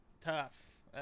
Tough